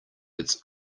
its